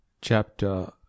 Chapter